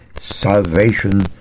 salvation